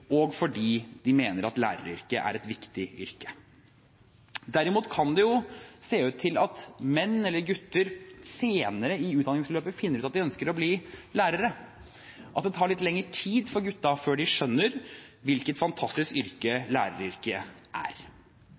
og fordi de mener at læreryrket er et viktig yrke. Derimot kan det se ut til at menn eller gutter senere i utdanningsløpet finner ut at de ønsker å bli lærere – at det tar litt lengre tid for gutta før de skjønner hvilket fantastisk yrke læreryrket er.